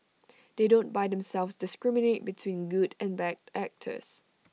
although The S T report and videos are rooted in fact that doesn't mean they are not sanitised